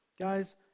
Guys